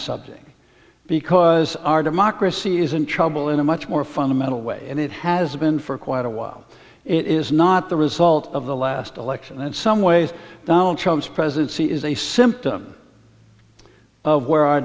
subject because our democracy is in trouble in a much more fundamental way and it has been for quite a while it is not the result of the last election in some ways donald trump's presidency is a symptom where our